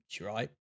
right